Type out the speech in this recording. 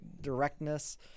directness